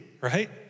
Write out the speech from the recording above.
right